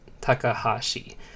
Takahashi